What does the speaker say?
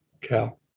Cal